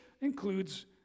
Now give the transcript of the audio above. includes